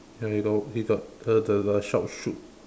ya you got he got uh the the shout shoot